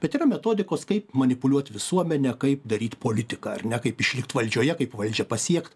bet yra metodikos kaip manipuliuot visuomene kaip daryt politiką ar ne kaip išlikt valdžioje kaip valdžią pasiekt